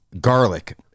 Garlic